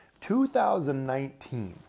2019